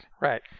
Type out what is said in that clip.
right